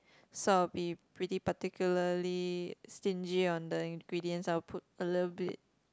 so I'll be pretty particularly stingy on the ingredients I will put a little bit